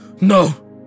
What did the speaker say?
No